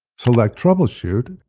select troubleshoot,